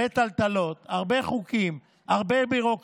יש הרבה טלטלות, הרבה חוקים, הרבה ביורוקרטיה.